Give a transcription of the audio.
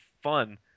fun